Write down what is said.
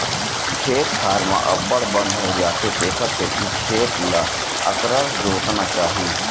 खेत खार म अब्बड़ बन हो जाथे तेखर सेती खेत ल अकरस जोतना चाही